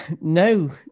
No